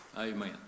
amen